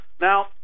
Now